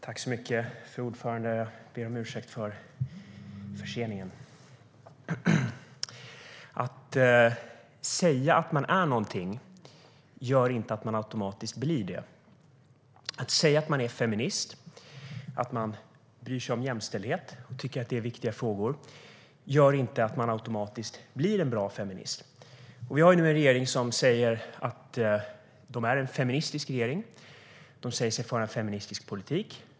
Fru talman! Jag ber om ursäkt för förseningen. Att säga att man är någonting gör inte att man automatiskt blir det. Att säga att man är feminist och att man bryr sig om jämställdhet och tycker att det här är viktiga frågor gör inte att man automatiskt blir en bra feminist. Vi har nu en regering som säger sig vara en feministisk regering och säger sig föra en feministisk politik.